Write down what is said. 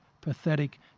pathetic